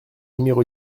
numéro